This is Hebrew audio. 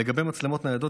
לגבי מצלמות ניידות,